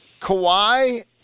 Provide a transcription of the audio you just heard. Kawhi